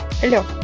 Hello